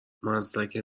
مزدک